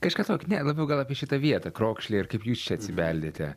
kažką tok ne labiau gal apie šitą vietą krokšlį ir kaip jūs čia atsibeldėte